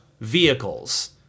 vehicles